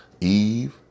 Eve